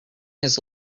his